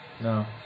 No